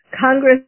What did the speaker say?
Congress